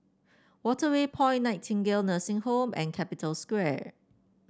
Waterway Point Nightingale Nursing Home and Capital Square